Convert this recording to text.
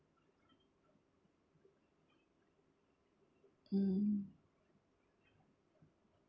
mm